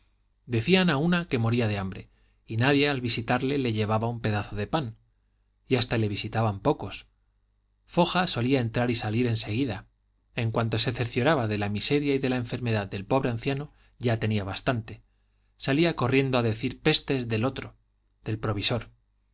decían a una que moría de hambre y nadie al visitarle le llevaba un pedazo de pan y hasta le visitaban pocos foja solía entrar y salir en seguida en cuanto se cercioraba de la miseria y de la enfermedad del pobre anciano ya tenía bastante salía corriendo a decir pestes del otro del provisor